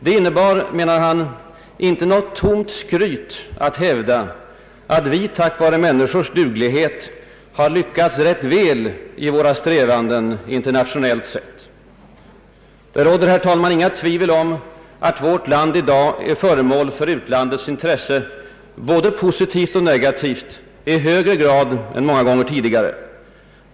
Det innebär, menade han, inte något tomt skryt att hävda att vi tack vare människors duglighet har lyckats »rätt väl» i våra strävanden, internationellt sett. Herr talman! Det råder inget tvivel om att vårt land i dag är föremål för utlandets intresse, både positivt och negativt, i högre grad än många gånger tidigare.